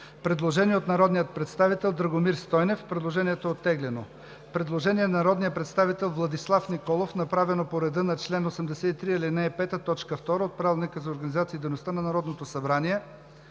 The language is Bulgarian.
Предложение от народния представител Драгомир Стойнев. Предложението е оттеглено. Предложение от народния представител Владислав Николов, направено по реда на чл. 83, ал. 5, т. 2 от Правилника за организацията и дейността на Народното събрание.